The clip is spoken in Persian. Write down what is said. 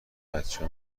بچه